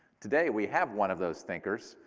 today, we have one of those thinkers,